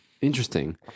Interesting